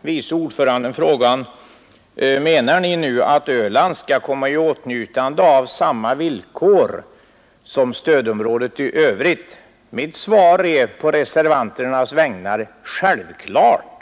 vice ordföranden frågan: Menar ni nu att Öland skall komma i åtnjutande av samma villkor som stödområdet i övrigt? Mitt svar på reservanternas vägnar är: Självklart.